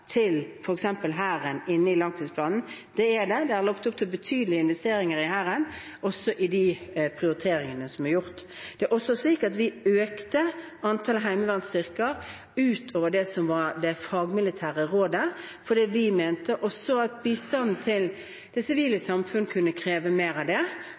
til f.eks. Hæren i langtidsplanen. Det er det, det er lagt opp til betydelige investeringer i Hæren, også i de prioriteringene som er gjort. Det er også slik at vi økte antallet heimevernsstyrker utover det som var det fagmilitære rådet, fordi vi mente at bistanden til det sivile samfunnet kunne kreve mer av det,